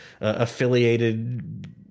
affiliated